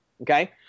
okay